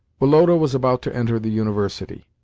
woloda was about to enter the university.